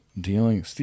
Dealing